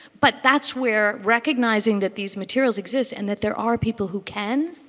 but that's where recognizing that these materials exist and that there are people who can.